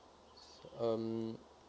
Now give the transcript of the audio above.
um